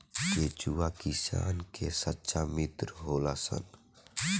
केचुआ किसान के सच्चा मित्र होलऽ सन